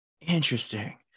Interesting